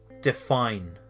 define